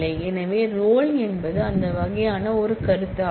எனவே ரோல் என்பது அந்த வகையான ஒரு கருத்தாகும்